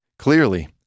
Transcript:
Clearly